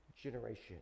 generation